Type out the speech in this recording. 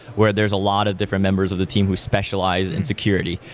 where there's a lot of different members of the team who specialized in security,